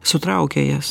sutraukia jas